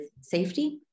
safety